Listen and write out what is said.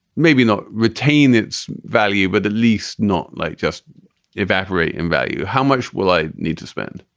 maybe not retain its value, but at least not like just evaporate in value. how much will i need to spend?